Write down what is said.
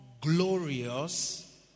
glorious